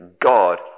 God